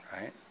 right